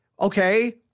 okay